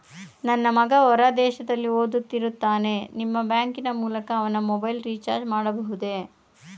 ನನ್ನ ಮಗ ಹೊರ ದೇಶದಲ್ಲಿ ಓದುತ್ತಿರುತ್ತಾನೆ ನಿಮ್ಮ ಬ್ಯಾಂಕಿನ ಮೂಲಕ ಅವನ ಮೊಬೈಲ್ ರಿಚಾರ್ಜ್ ಮಾಡಬಹುದೇ?